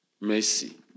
Mercy